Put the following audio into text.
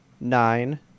nine